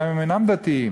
גם אם אינם דתיים,